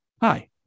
Hi